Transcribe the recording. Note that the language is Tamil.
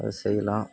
அது செய்யலாம்